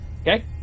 Okay